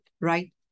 right